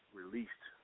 released